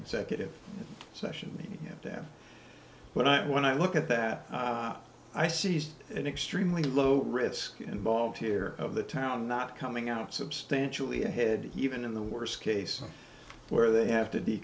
executive session down but i when i look at that op i see it extremely low risk involved here of the town not coming out substantially ahead even in the worst case where they have to